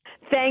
thank